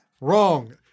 Wrong